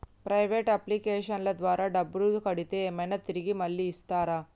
Private అప్లికేషన్ల ద్వారా డబ్బులు కడితే ఏమైనా తిరిగి మళ్ళీ ఇస్తరా?